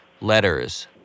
letters